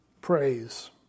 praise